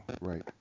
Right